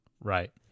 Right